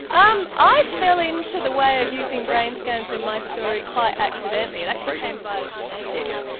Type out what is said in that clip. um i fell into the way of using brain scans in my story quite accidentally, it actually came via genetics.